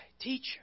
teacher